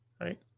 right